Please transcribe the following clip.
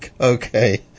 okay